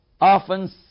Often